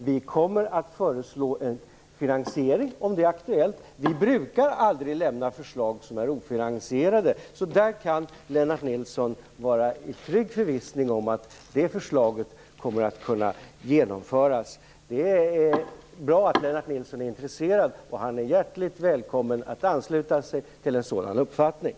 Vi kommer att föreslå en finansiering om det är aktuellt. Vi brukar aldrig lämna förslag som är ofinansierade. Lennart Nilsson kan alltså vara förvissad om att det förslaget kan genomföras. Det är bra att Lennart Nilsson är intresserad. Han är hjärtligt välkommen att ansluta sig till en sådan uppfattning.